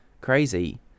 crazy